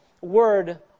word